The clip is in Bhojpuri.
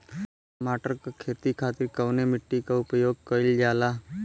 टमाटर क खेती खातिर कवने मिट्टी के उपयोग कइलजाला?